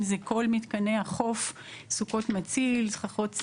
אם זה כל מתקני החוף, סוכות מציל, סככות צל,